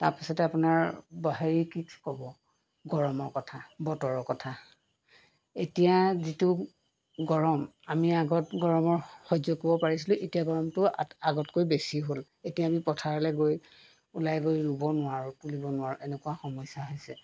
তাৰপাছতে আপোনাৰ হেৰি কি ক'ব গৰমৰ কথা বতৰৰ কথা এতিয়া যিটো গৰম আমি আগত গৰমৰ সহ্য কৰিব পাৰিছিলোঁ এতিয়া গৰমটো আ আগতকৈ বেছি হ'ল এতিয়া আমি পথাৰলৈ গৈ ওলাই গৈ ৰুব নোৱাৰোঁ তুলিব নোৱাৰোঁ এনেকুৱা সমস্যা হৈছে